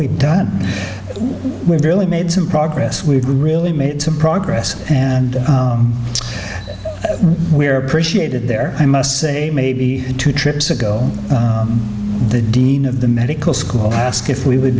we've done we've really made some progress we've really made some progress and we are appreciated there i must say maybe two trips ago the dean of the medical school ask if we would